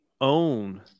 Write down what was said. own